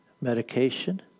medication